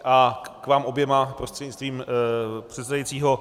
K vám oběma, prostřednictvím předsedajícího.